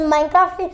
Minecraft